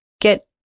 get